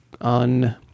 on